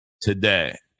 today